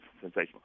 sensational